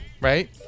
Right